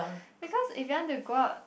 because if you want to go out